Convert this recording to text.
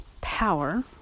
power